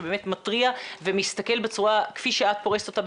שבאמת מתריע ומסתכל בצורה כפי שאת פורסת אותה,